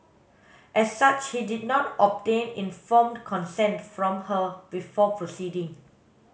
as such he did not obtain informed consent from her before proceeding